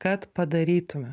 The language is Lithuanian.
kad padarytume